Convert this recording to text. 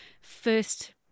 first